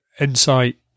Insight